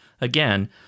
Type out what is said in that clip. again